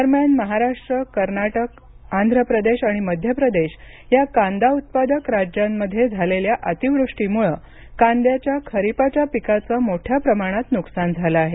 दरम्यान महाराष्ट्र कर्नाटक आंध्र प्रदेश आणि मध्य प्रदेश या कांदा उत्पादक राज्यांमध्ये झालेल्या अतिवृष्टीमुळे कांद्याच्या खरीपाच्या पिकाचं मोठ्या प्रमाणात नुकसान झालं आहे